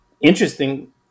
interesting